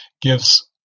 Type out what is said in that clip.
gives